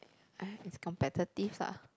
eh it's competitive lah